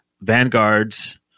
vanguards